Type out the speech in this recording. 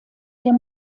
ihr